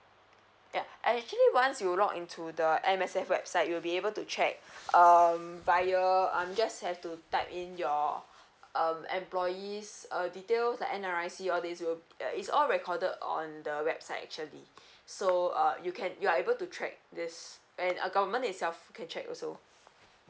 Yup and actually once you log into the M_S_F website you'll be able to check um via um just have to type in your um employees uh details like N R I C all these will uh it's all recorded on the website actually so uh you can you are able to track this and government itself can check also